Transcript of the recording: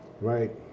Right